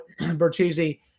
Bertuzzi